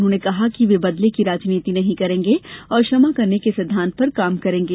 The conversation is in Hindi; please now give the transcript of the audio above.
उन्होंने कहा कि ये बदले की राजनीति नहीं करेंगे और क्षमा करने के सिद्दान्त पर काम करेंगे